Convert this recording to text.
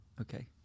Okay